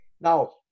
Now